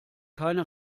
keine